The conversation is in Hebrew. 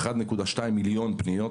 1.2 מיליון פניות